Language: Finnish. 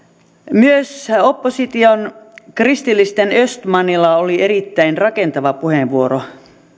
myös opposition kristillisten östmanilla oli erittäin rakentava puheenvuoro